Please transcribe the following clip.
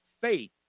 faith